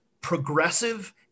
progressive